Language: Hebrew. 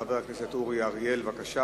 חבר הכנסת אורי אריאל, בבקשה.